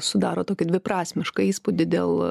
sudaro tokį dviprasmišką įspūdį dėl